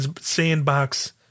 sandbox